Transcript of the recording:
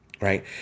right